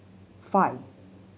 five